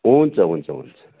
हुन्छ हुन्छ हुन्छ